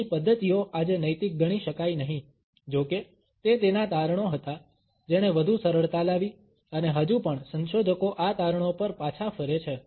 તેની પદ્ધતિઓ આજે નૈતિક ગણી શકાય નહિ જો કે તે તેના તારણો હતા જેણે વધુ સરળતા લાવી અને હજુ પણ સંશોધકો આ તારણો પર પાછા ફરે છે